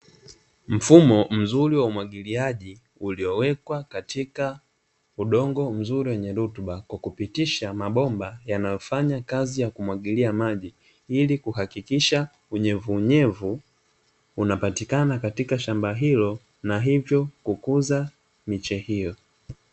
Mfumo mzuri wa umwagiliaji, uliowekwa katika udongo mzuri wenye rutuba, kwa kupitisha mabomba yanayofanya kazi ya kumwagilia maji ili kuhakikisha unyevunyevu unapatikana katika shamba hilo na hivyo kukuza miche hiyo.